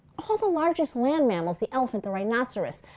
all the largest land mammals, the elephant, the rhinoceros,